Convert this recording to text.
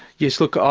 yes, look, ah